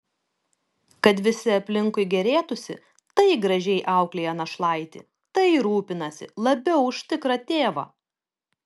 kad visi aplinkui gėrėtųsi tai gražiai auklėja našlaitį tai rūpinasi labiau už tikrą tėvą